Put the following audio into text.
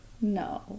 No